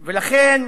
ולכן,